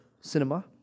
cinema